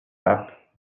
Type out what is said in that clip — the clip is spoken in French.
pape